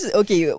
okay